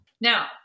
Now